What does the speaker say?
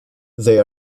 they